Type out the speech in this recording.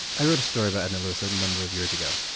i wrote a story about edna lewis a number of years ago,